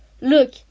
Look